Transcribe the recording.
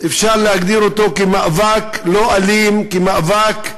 אפשר להגדיר אותו כמאבק לא אלים, כמאבק אזרחי?